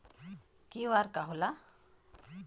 QR का होला?